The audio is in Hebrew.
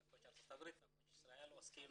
נקוצ' ארצות הברית ונקוצ' ישראל עוסקים